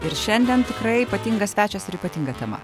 ir šiandien tikrai ypatingas svečias ir ypatinga tema